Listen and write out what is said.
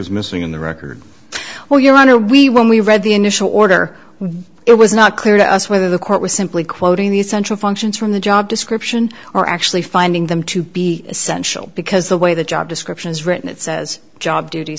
s missing in the record well your honor we when we read the initial order it was not clear to us whether the court was simply quoting the essential functions from the job description or actually finding them to be essential because the way the job description is written it says job dut